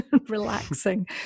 relaxing